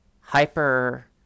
hyper